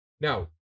now